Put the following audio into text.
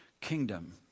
kingdom